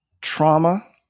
trauma